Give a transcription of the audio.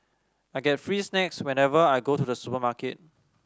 I get free snacks whenever I go to the supermarket